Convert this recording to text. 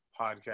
podcast